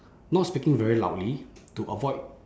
not speaking very loudly to avoid